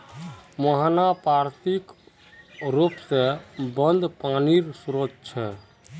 मुहाना पार्श्विक र्रोप से बंद पानीर श्रोत छे